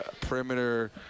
perimeter